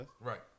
Right